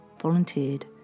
volunteered